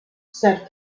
said